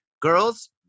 Girls